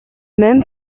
même